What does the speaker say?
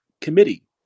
committee